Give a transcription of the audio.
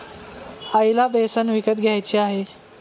आईला बेसन विकत घ्यायचे आहे